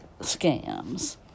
scams